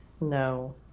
no